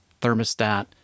thermostat